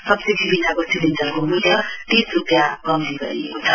subsidy बिनाको सिलीण्डरको मूल्य तीस रूपियाँ कम्ती गरिएको छ